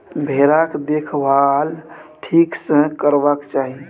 भेराक देखभाल ठीक सँ करबाक चाही